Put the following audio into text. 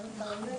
לאן אתה הולך?